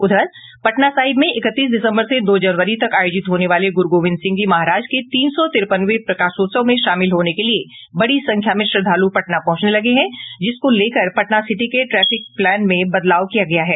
उधर पटना साहिब में इकतीस दिसंबर से दो जनवरी तक आयोजित होने वाले गुरु गोविंद सिंह जी महाराज के तीन सौ तीरपनवें प्रकाशोत्सव में शामिल होने के लिये बड़ी संख्या में श्रद्वालू पटना पहुंचने लगे हैं जिसको लेकर पटना सिटी के ट्रैफिक प्लान में बदलाव किया गया है